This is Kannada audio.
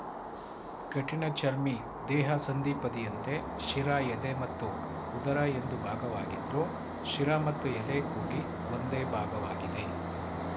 ಕಠಿಣಚರ್ಮಿ ದೇಹ ಸಂಧಿಪದಿಯಂತೆ ಶಿರ ಎದೆ ಮತ್ತು ಉದರ ಎಂದು ಭಾಗವಾಗಿದ್ರು ಶಿರ ಮತ್ತು ಎದೆ ಕೂಡಿ ಒಂದೇ ಭಾಗವಾಗಿದೆ